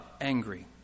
angry